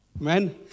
Man